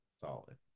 Solid